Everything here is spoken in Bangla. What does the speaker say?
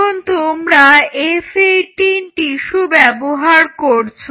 এখন তোমরা F18 টিস্যু ব্যবহার করছ